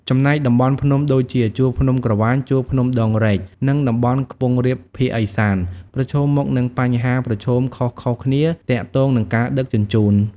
ចំណែកតំបន់ភ្នំដូចជា ជួរភ្នំក្រវាញ ជួរភ្នំដងរែក និងតំបន់ខ្ពង់រាបភាគឦសាន ប្រឈមមុខនឹងបញ្ហាប្រឈមខុសៗគ្នាទាក់ទងនឹងការដឹកជញ្ជូន។